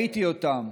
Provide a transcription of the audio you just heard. וראיתי אותם.